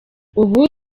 ubu